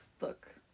look